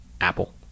Apple